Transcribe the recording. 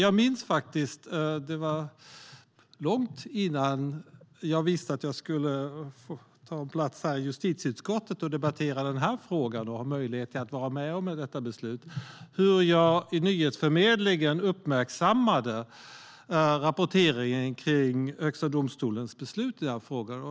Jag minns hur jag långt innan jag visste att jag skulle ta plats här i justitieutskottet, få debattera den här frågan och ha möjlighet att vara med om att fatta beslut i den i nyhetsförmedlingen uppmärksammade rapporteringen kring Högsta domstolens beslut i den här frågan.